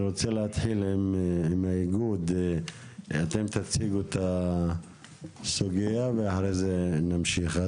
אני רוצה להתחיל עם איגוד הערים שיציגו את הסוגייה ולאחר מכן נמשיך.